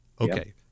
okay